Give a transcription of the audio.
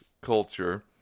culture